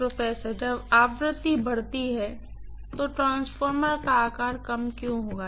professor जब आवृत्ति बढ़ती है तो ट्रांसफार्मर का आकार कम क्यों होगा